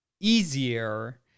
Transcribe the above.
easier